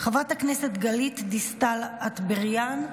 חברת הכנסת גלית דיסטל אטבריאן,